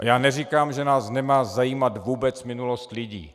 A já neříkám, že nás nemá zajímat vůbec minulost lidí.